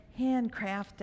handcrafted